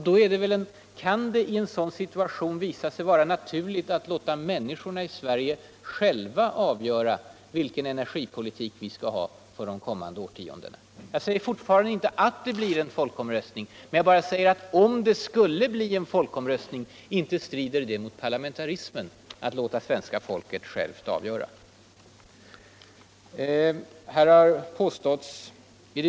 I en sådan situation kan det visa sig vara naturbigt att låta människorna I Sverige själva avgöra vilken energipoliuk vi skall ha för de kommande årtiondena. Jag säger förtfarande inte att det blir en folkomröstning, men jag säger a inte strider det mot parlamentarismen att låta svenska fölket självt avröra saken I en folkomröstning.